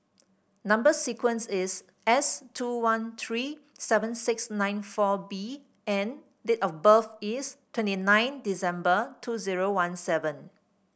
number sequence is S two one three seven six nine four B and date of birth is twenty nine December two zero one seven